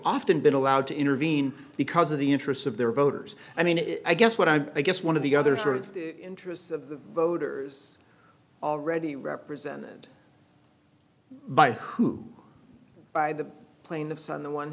often been allowed to intervene because of the interests of their voters i mean i guess what i'm i guess one of the other sort of interests of the voters already represented by who by the plaintiffs on the one